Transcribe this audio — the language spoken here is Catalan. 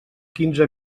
quinze